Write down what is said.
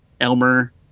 Elmer